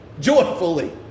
joyfully